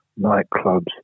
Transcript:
nightclubs